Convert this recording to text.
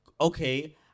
okay